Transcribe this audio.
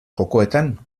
jokoetan